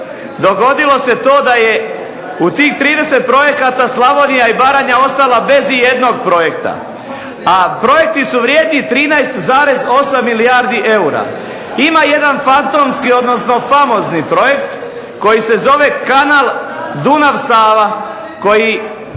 dogodilo se to da je u tih 30 projekata Slavonija i Baranja ostala bez ijednog projekta, a projekti su vrijedni 13,8 milijardi eura. Ima jedan fantomski odnosno famozni projekt koji se zove kanal Dunav-Sava koji